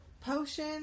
potion